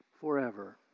forever